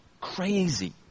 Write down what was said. Crazy